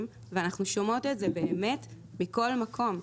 ואנחנו שומעות את זה באמת מכל מקום.